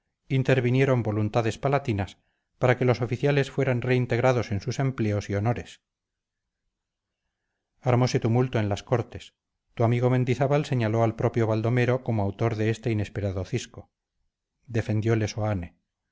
intervinieron voluntades palatinas para que los oficiales fueran reintegrados en sus empleos y honores armose tumulto en las cortes tu amigo mendizábal señaló al propio baldomero como autor de este inesperado cisco defendiole seoane